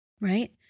Right